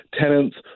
tenants